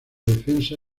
defensa